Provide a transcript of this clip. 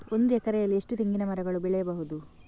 ಒಂದು ಎಕರೆಯಲ್ಲಿ ಎಷ್ಟು ತೆಂಗಿನಮರಗಳು ಬೆಳೆಯಬಹುದು?